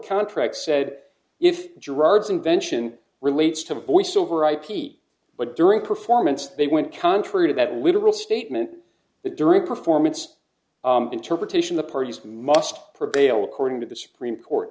contract said if gerard's invention relates to voice over ip but during performance they went contrary to that literal statement that during a performance interpretation the parties must prevail according to the supreme court